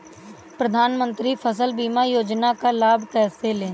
प्रधानमंत्री फसल बीमा योजना का लाभ कैसे लें?